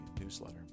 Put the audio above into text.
newsletter